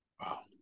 Wow